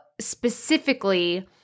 specifically